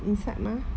inside mah